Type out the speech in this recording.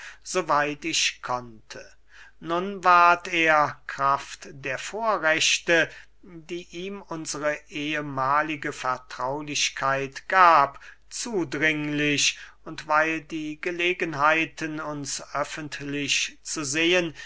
weit ich konnte nun ward er kraft der vorrechte die ihm unsre ehmahlige vertraulichkeit gab zudringlich und weil die gelegenheiten uns öffentlich zu sehen